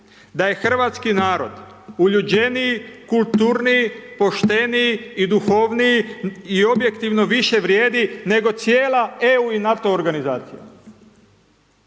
da je Hrvatski narod uljuđeniji, kulturniji, pošteniji i duhovniji i objektivno više vrijedi nego cijela EU i NATO organizacija.